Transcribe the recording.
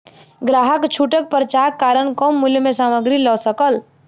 ग्राहक छूटक पर्चाक कारण कम मूल्य में सामग्री लअ सकल